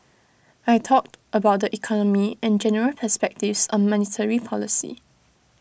I talked about the economy and general perspectives on monetary policy